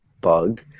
bug